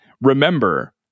Remember